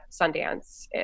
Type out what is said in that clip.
Sundance